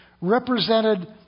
represented